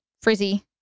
frizzy